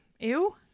Ew